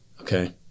Okay